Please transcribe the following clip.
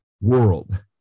world